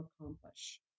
accomplish